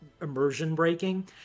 immersion-breaking